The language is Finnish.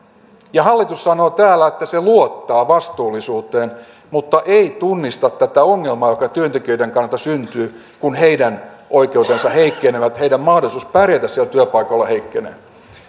ja hallitus sanoo täällä että se luottaa vastuullisuuteen mutta ei tunnista tätä ongelmaa joka työntekijöiden kannalta syntyy kun heidän oikeutensa heikkenevät heidän mahdollisuutensa pärjätä siellä työpaikoilla heikkenee